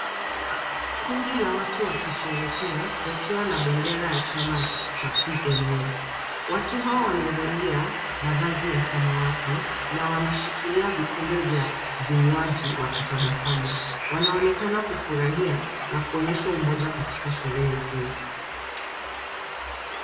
Kundi la watu wakisherehekea wakiwa na bendera ya chama cha PNU, watu hao wamevalia mavazi ya samawati na wanashikilia vikombe vya vinywaji wakitabasamu, wanaonekana kufurahia na kuonyesha umoja katika sherehe hiyo.